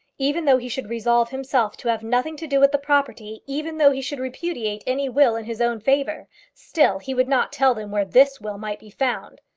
even though he should resolve himself to have nothing to do with the property, even though he should repudiate any will in his own favour, still he would not tell them where this will might be found.